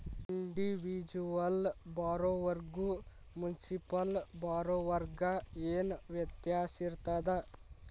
Individual ಬಾರೊವರ್ಗು municipal ಬಾರೊವರ್ಗ ಏನ್ ವ್ಯತ್ಯಾಸಿರ್ತದ?